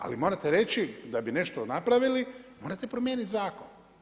Ali morate reći da bi nešto napravili, morate promijeniti zakon.